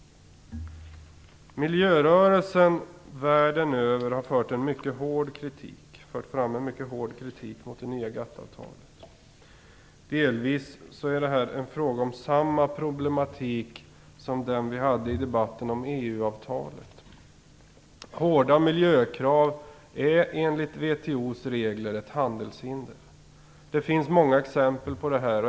Miljörörelsen har världen över fört fram en mycket hård kritik mot det nya GATT-avtalet. Delvis är det fråga om samma problematik som den vi hade i debatten om EU-avtalet. Hårda miljökrav är enligt WTO:s regler ett handelshinder. Det finns många exempel på detta.